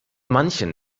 manchen